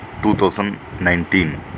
2019